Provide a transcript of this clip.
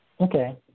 Okay